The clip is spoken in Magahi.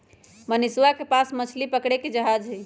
मनीषवा के पास मछली पकड़े के जहाज हई